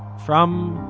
from,